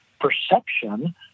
perception